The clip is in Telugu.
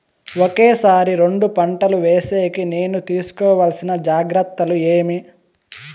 ఒకే సారి రెండు పంటలు వేసేకి నేను తీసుకోవాల్సిన జాగ్రత్తలు ఏమి?